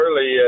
early